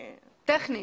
טכנית.